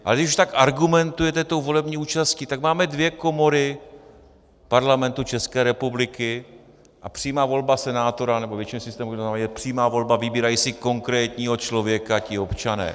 Ale když už tak argumentujete tou volební účastí, tak máme dvě komory Parlamentu České republiky, a přímá volba senátora, nebo , je přímá volba, vybírají si konkrétního člověka ti občané.